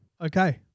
Okay